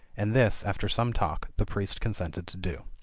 and this, after some talk, the priest consented to do.